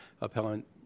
appellant